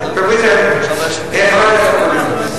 ברית היונים, חבר הכנסת אקוניס.